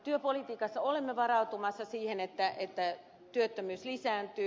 työpolitiikassa olemme varautumassa siihen että työttömyys lisääntyy